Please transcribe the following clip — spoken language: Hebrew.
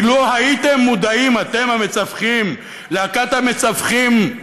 כי לו הייתם מודעים, אתם המצווחים, להקת המצווחים,